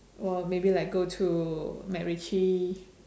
or maybe like go to MacRitchie